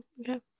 okay